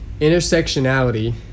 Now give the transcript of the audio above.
Intersectionality